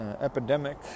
epidemic